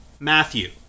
Matthew